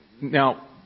now